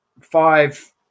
five